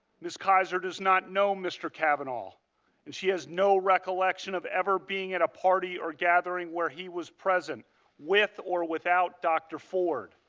ms. kaiser does not know mr. kavanaugh and has no recollection of ever being at a party or gathering where he was present with or without dr. ford.